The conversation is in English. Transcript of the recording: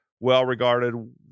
well-regarded